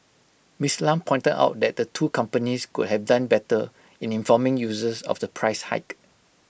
miss Lam pointed out that the two companies could have done better in informing users of the price hike